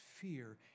fear